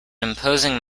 imposing